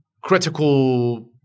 critical